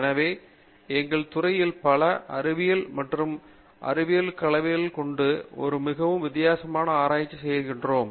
எனவே எங்கள் துறையில் பல அறிவியல் மற்றும் பொறியியல் கலவையாக கொண்டு ஒரு மிகவும் வித்தியாசமான ஆராய்ச்சி செய்கிறோம்